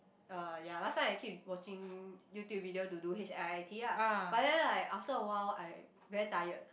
uh ya last time I keep watching YouTube video to do h_i_i_t ah but then like after a while I very tired